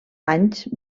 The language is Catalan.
anys